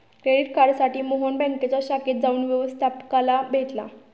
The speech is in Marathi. क्रेडिट कार्डसाठी मोहन बँकेच्या शाखेत जाऊन व्यवस्थपकाला भेटला